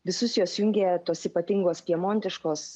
visus juos jungia tos ypatingos pjemontiškos